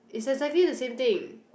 it's exactly the same thing